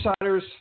Insiders